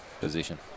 position